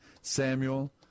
Samuel